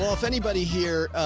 ah if anybody here,